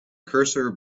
cursor